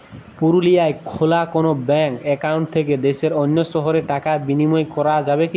পুরুলিয়ায় খোলা কোনো ব্যাঙ্ক অ্যাকাউন্ট থেকে দেশের অন্য শহরে টাকার বিনিময় করা যাবে কি?